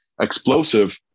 explosive